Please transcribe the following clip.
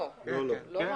לא, לא רק.